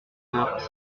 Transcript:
heures